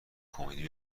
کمدی